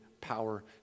power